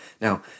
Now